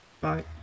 Bye